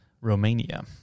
Romania